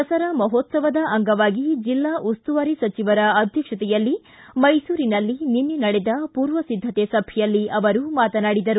ದಸರಾ ಮಹೋತ್ಸವದ ಅಂಗವಾಗಿ ಜಿಲ್ಲಾ ಉಸ್ತುವಾರಿ ಸಚಿವರ ಅಧ್ಯಕ್ಷತೆಯಲ್ಲಿ ಮೈಸೂರಿನಲ್ಲಿ ನಿನ್ನೆ ನಡೆದ ಪೂರ್ವಸಿದ್ದತೆ ಸಭೆಯಲ್ಲಿ ಅವರು ಮಾತನಾಡಿದರು